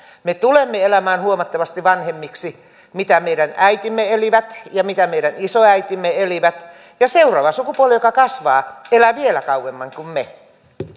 me tulemme elämään huomattavasti vanhemmiksi kuin mitä meidän äitimme elivät ja mitä meidän isoäitimme elivät ja seuraava sukupolvi joka kasvaa elää vielä kauemmin kuin me